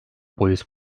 polis